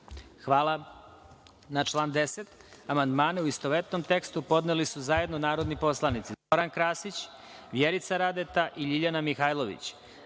Na član 11. amandmane, u istovetnom tekstu, podneli su zajedno narodni poslanici